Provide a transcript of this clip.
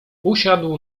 usiadł